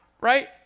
right